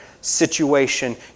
situation